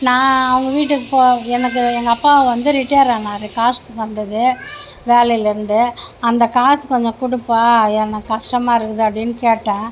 நான் அவங்கள் வீட்டுக்கு போய் எனக்கு எங்கள் அப்பா வந்து ரிட்டேர் ஆனார் காசு வந்தது வேலையில் இருந்து அந்த காசு கொஞ்சம் கொடுப்பா எனக்கு கஷ்டமாக இருக்குது அப்டின்னு கேட்டேன்